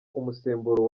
umusemburo